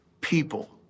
people